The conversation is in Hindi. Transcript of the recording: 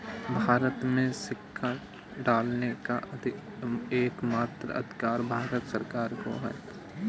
भारत में सिक्का ढालने का एकमात्र अधिकार भारत सरकार को है